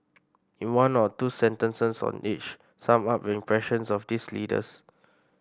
in one or two sentences on each sum up your impressions of these leaders